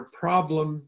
problem